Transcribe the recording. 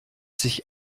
sich